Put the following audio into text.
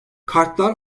kartlar